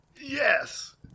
Yes